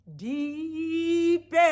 deep